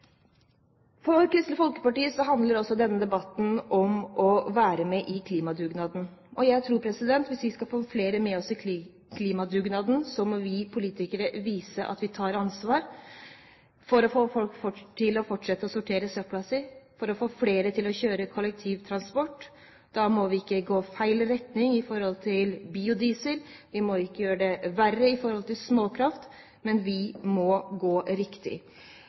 For Kristelig Folkeparti handler også denne debatten om å være med i klimadugnaden. Jeg tror at hvis vi skal få flere med oss i klimadugnaden, må vi politikere vise at vi tar ansvar for å få folk til å fortsette å sortere søppel, for å få flere til å kjøre kollektivtransport – da må vi ikke gå i feil retning når det gjelder biodiesel – og vi må ikke gjøre det verre når det gjelder småkraft, men vi må gå riktig.